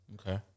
Okay